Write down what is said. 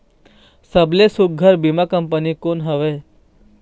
सबले सुघ्घर बीमा कंपनी कोन हवे?